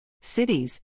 Cities